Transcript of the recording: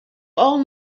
all